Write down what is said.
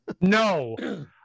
No